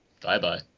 Bye-bye